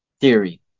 theory